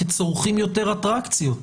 כי צורכים יותר אטרקציות,